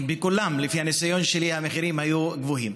שבכולם, לפי הניסיון שלי, המחירים היו גבוהים.